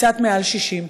קצת מעל 60,